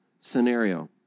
scenario